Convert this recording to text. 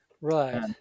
Right